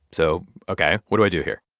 so, ok, what do i do here?